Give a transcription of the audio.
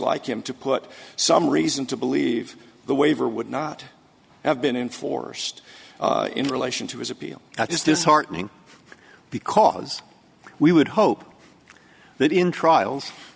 like him to put some reason to believe the waiver would not have been enforced in relation to his appeal is disheartening because we would hope that in trials